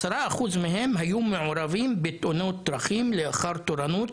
10 אחוז מהם היו מעורבים בתאונות דרכים לאחר תורנות,